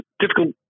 difficult